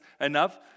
enough